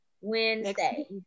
Wednesday